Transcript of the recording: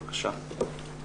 בבקשה.